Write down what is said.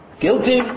guilty